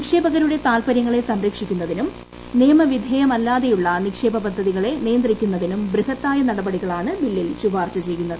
നിക്ഷേപകരുടെ താത്പരൃങ്ങളെ സംരക്ഷിക്കുന്നതിനും നിയമവിധേയമല്ലാതെയുള്ള നിക്ഷേപ പദ്ധതികളെ നിയന്ത്രിക്കുന്നതിന് ബൃഹത്തായ നടപടികളാണ് ബില്ലിൽ ശുപാർശ ചെയ്യുന്നത്